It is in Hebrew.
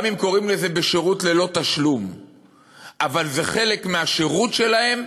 גם אם קוראים לזה שירות ללא תשלום אבל זה חלק מהשירות שלהם,